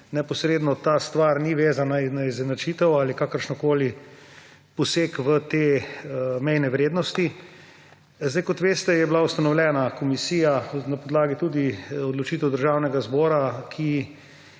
neposredno ta stvari ni vezana na izenačitev ali kakršnokoli poseg v te mejne vrednosti. Kot veste, je bila ustanovljena komisija na podlagi tudi odločitev Državnega zbora, ki